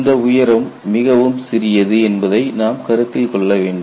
இந்த உயரம் மிகவும் சிறியது என்பதை நாம் கருத்தில் கொள்ள வேண்டும்